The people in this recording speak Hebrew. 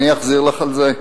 אני אחזיר לך על זה.